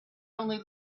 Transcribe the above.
only